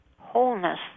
wholeness